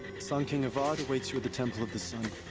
sun king avad awaits you at the temple of the sun.